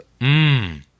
mmm